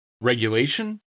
regulation